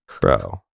Bro